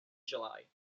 july